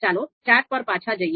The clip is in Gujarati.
ચાલો ચાર્ટ પર પાછા જઈએ